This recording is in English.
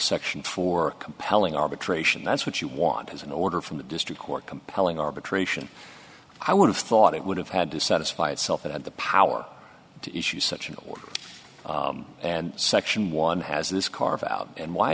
section four compelling arbitration that's what you want as an order from the district court pelling arbitration i would have thought it would have had to satisfy itself it had the power to issue such an order and section one has this carve out and why